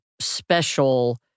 special